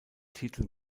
titel